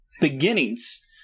beginnings